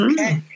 Okay